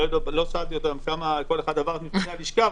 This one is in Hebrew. לא שאלתי אותם בכמה כל אחד עבר את מבחני הלשכה,